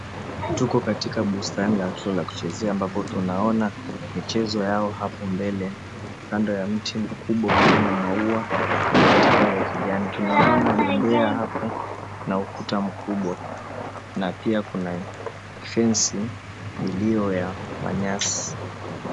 Tuko katika bustani la watoto la kucheza ambapo tunaona michezo yao hapo mbele kando ya mti mkubwa ulio na maua na matawi ya kijani. Tunaona bembea hapo na ukuta mkubwa na pia kuna fence iliyo ya manyasi.